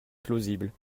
plausible